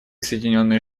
соединенные